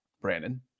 Brandon